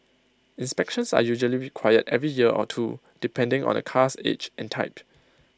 inspections are usually required every year or two depending on A car's age and type